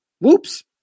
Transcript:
Whoops